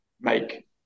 make